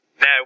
now